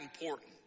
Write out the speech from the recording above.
important